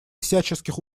всяческих